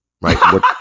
right